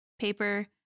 paper